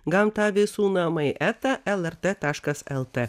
gamtavisunamai eta lrt taškas lt